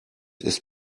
ist